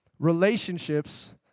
relationships